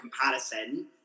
comparison